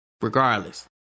regardless